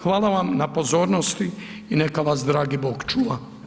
Hvala vam na pozornosti i neka vas dragi bog čuva.